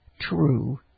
true